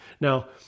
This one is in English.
Now